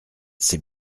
c’est